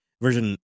version